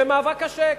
ומאבק קשה.